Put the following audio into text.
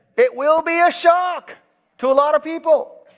it will be a shock to a lot of people.